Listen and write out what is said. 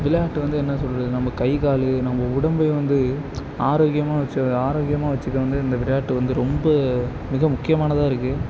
விளையாட்டு வந்து என்ன சொல்கிறது நம்ம கை கால் நம்ம உடம்பையும் வந்து ஆரோக்கியமாக வச்ச ஆரோக்கியமாக வச்சிக்க வந்து இந்த விளையாட்டு வந்து ரொம்ப மிக முக்கியமானதாக இருக்குது